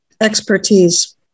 expertise